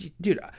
dude